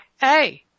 Hey